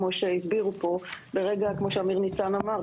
כמו שאמיר ניצן אמר.